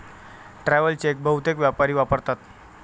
travel cheque बहुतेक व्यापारी वापरतात